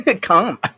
come